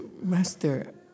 Master